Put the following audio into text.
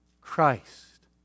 Christ